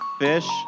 fish